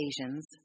occasions